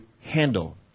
handle